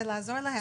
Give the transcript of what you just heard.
ולעזור להם.